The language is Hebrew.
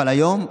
אבל היום,